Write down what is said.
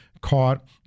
caught